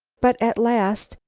but at last,